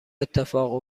اتفاق